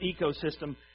ecosystem